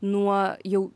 nuo jau